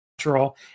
natural